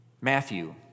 Matthew